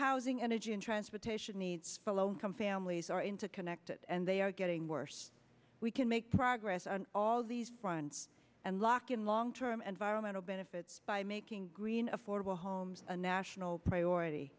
housing energy and transportation needs follow income families are interconnected and they are getting worse we can make progress on all these fronts and lock in long term enviro mental benefits by making green affordable homes a national priority